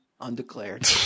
Undeclared